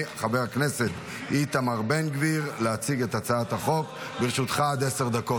(תיקון מס' 250) (תגמול מיוחד חלף שכר